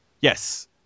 Yes